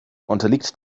unterliegt